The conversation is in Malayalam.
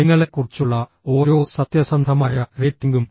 നിങ്ങളെക്കുറിച്ചുള്ള ഓരോ സത്യസന്ധമായ റേറ്റിംഗും